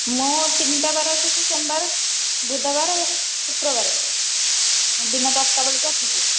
ମୁଁ ତିନିଟା ବାର ଆସୁଛି ସୋମବାର ବୁଧବାର ଶୁକ୍ରବାର ଦିନ ଦଶଟା ବେଳକୁ ଆସୁଛି